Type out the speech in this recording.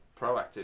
proactive